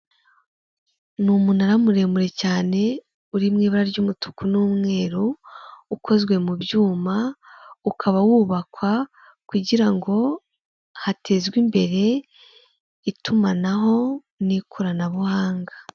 Inzu ikodeshwa iri Kicukiro muri Kigali, ifite ibyumba bine n'amadushe atatu na tuwarete ikaba ikodeshwa amafaranga ibihumbi magana atanu ku kwezi.